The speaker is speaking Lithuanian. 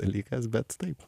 dalykas bet taip